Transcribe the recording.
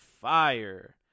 fire